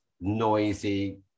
noisy